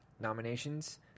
nominations